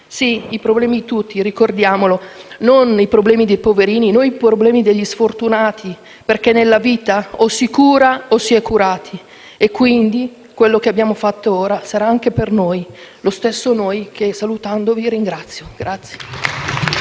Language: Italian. Sì, i problemi di tutti, ricordiamolo: non i problemi dei "poverini", non quelli degli sfortunati, perché nella vita o si cura o si è curati. Quindi, quello che abbiamo fatto ora sarà anche per noi, lo stesso «noi» che, salutandovi, ringrazio.